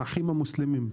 האחים המוסלמים.